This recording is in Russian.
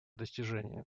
достижение